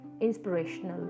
inspirational